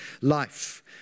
life